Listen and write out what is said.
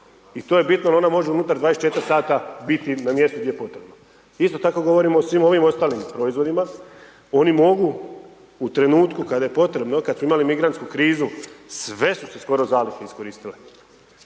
I to je bitno jer ona može unutar 24h biti na mjestu gdje je potrebno. Isto tako govorimo o svim ovim ostalim proizvodima, oni mogu u trenutku kada je potrebno, kada smo imali migrantsku krizu, sve su se skoro zalihe iskoristile.